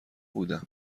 بودم